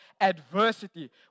adversity